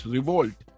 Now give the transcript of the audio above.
Revolt